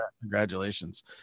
Congratulations